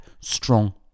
strong